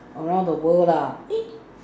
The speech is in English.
around the world lah